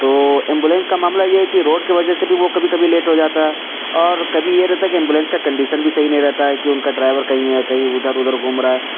تو ایمبولینس کا معاملہ یہ ہے کہ روڈ کے وجہ سے بھی وہ کبھی کبھی لیٹ ہو جاتا ہے اور کبھی یہ رہتا ہے کہ ایمبولینس کا کنڈیسن بھی صحیح نہیں رہتا ہے کہ ان کا ڈرائیور کہیں ہے کہیں ادھر ادھر گھوم رہا ہے